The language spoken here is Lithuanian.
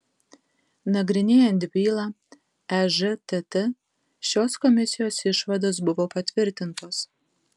nagrinėjant bylą ežtt šios komisijos išvados buvo patvirtintos